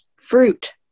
fruit